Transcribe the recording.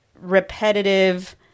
repetitive